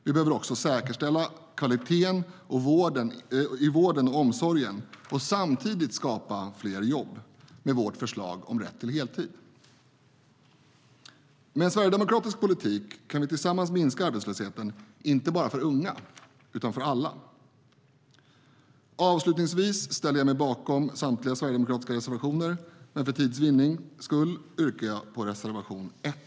Vi behöver också säkerställa kvaliteten i vården och omsorgen och samtidigt skapa fler jobb med vårt förslag om rätt till heltid. Med en sverigedemokratisk politik kan vi tillsammans minska arbetslösheten, inte bara för unga utan för alla. Avslutningsvis ställer jag mig bakom samtliga sverigedemokratiska reservationer, men för tids vinnande yrkar jag bifall till reservation 1.